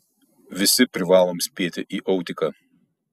visi privalom spėti į autiką